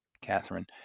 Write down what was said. Catherine